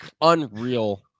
Unreal